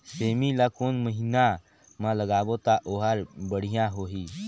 सेमी ला कोन महीना मा लगाबो ता ओहार बढ़िया होही?